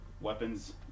Weapons